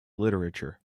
literature